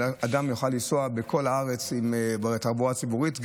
אדם יוכל לנסוע בכל הארץ בתחבורה ציבורית.